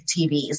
TVs